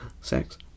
sex